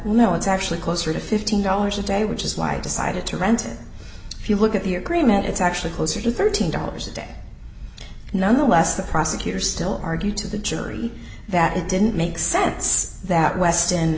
no it's actually closer to fifteen dollars a day which is why i decided to rent it if you look at the agreement it's actually closer to thirteen dollars a day nonetheless the prosecutor still argue to the jury that it didn't make sense that west